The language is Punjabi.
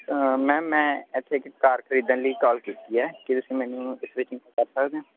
ਮੈਮ ਮੈਂ ਇੱਥੇ ਇੱਕ ਕਾਰ ਖਰੀਦਣ ਲਈ ਕਾਲ ਕੀਤੀ ਹੈ ਕੀ ਤੁਸੀਂ ਮੈਨੂੰ ਇਸ ਵਿੱਚ ਕਰ ਸਕਦੇ ਹੋ